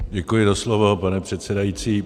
Děkuji za slovo, pane předsedající.